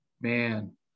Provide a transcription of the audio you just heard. man